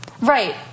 right